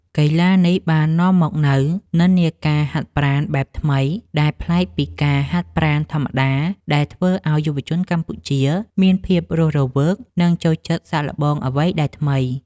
កីឡានេះបាននាំមកនូវនិន្នាការហាត់ប្រាណបែបថ្មី ដែលប្លែកពីការហាត់ប្រាណធម្មតា ដែលធ្វើឱ្យយុវជនកម្ពុជាមានភាពរស់រវើក និងចូលចិត្តសាកល្បងអ្វីដែលថ្មី។